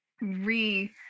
re